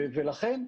ולכן,